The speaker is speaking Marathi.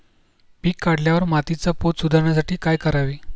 पीक काढल्यावर मातीचा पोत सुधारण्यासाठी काय करावे?